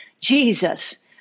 Jesus